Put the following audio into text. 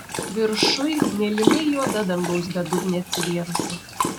viršuj mėlynai juoda dangaus bedugnė atsivėrusi